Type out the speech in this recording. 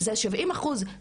זה 70 אחוז,